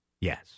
Yes